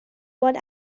what